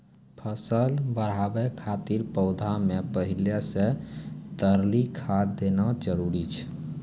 फसल बढ़ाबै खातिर पौधा मे पहिले से तरली खाद देना जरूरी छै?